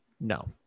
No